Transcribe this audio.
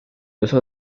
uso